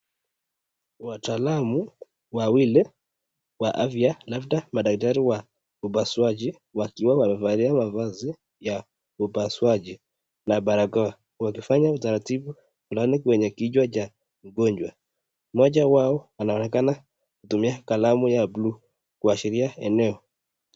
Wataalamu wawili wa afya labda madaktari wa ubasuaji wakiwa wamevalia mavazi ya ubasuaji na barakoa wakifanya utaratibu ndani kwenye kichwa cha mgonjwa, Mmoja wao anaonekana kutumia kalamu ya (cs)blue(cs)kuashiria eneo.